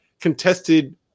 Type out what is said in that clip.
contested